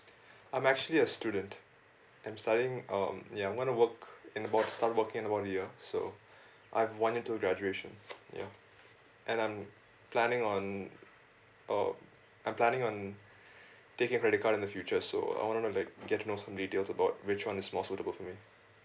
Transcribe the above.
I'm actually a student I'm studying um ya I want to work in about start working in about a year so I've one year till graduation ya and I'm planning on or I'm planning on taking credit card in the future so I want to like get to know some details about which one is more suitable for me